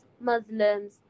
Muslims